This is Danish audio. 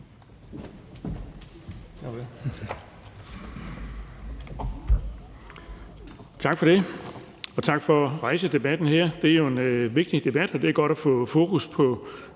Tak for det. Og tak for at rejse debatten her. Det er jo en vigtig debat, og det er godt at få fokus på